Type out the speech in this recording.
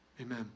Amen